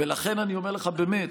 ולכן אני אומר לך, באמת: